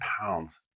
pounds